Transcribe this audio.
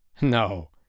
No